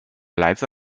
来自